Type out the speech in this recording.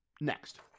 next